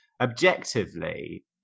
objectively